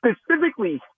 specifically